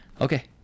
okay